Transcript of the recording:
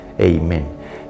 Amen